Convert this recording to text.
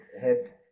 head